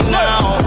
now